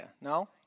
No